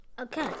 Okay